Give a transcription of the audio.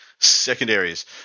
Secondaries